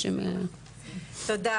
תודה,